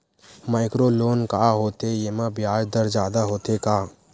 Micro loan का होथे येमा ब्याज दर जादा होथे का?